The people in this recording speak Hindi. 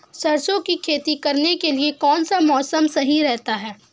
सरसों की खेती करने के लिए कौनसा मौसम सही रहता है?